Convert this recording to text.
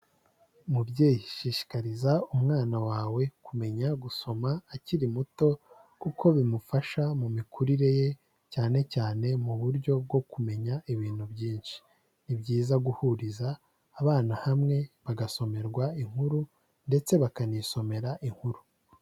Mubyeyi shishikariza umwana wawe kumenya gusoma akiri muto kuko bimufasha mu mikurire ye cyane cyane mu buryo bwo kumenya ibintu byinshi. Ni byiza guhuriza abana hamwe bagasomerwa inkuru ndetse bakanisomera inkuru.